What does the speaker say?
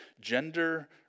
gender